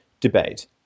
debate